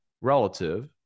relative